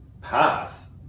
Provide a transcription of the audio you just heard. path